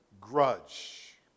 grudge